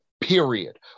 Period